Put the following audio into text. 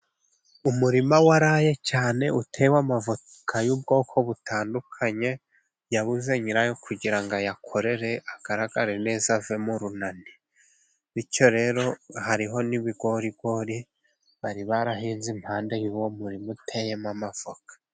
Umurima waraya cyane， utewe amavoka y'ubwoko butandukanye， yabuze nyirayo kugira ngo ayakorere agaragare neza， ave mu runani， bityo rero hariho n'ibigorigori，bari barahinze impande y'uwo murima， uteyemo amavoka.